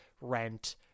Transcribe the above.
Rent